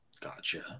Gotcha